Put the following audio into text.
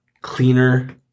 cleaner